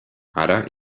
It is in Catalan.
ara